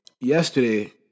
yesterday